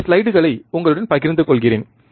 இந்த ஸ்லைடுகளை உங்களுடன் பகிர்ந்து கொள்கிறேன்